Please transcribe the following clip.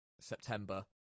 September